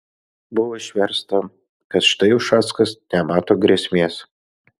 buvo išversta kad štai ušackas nemato grėsmės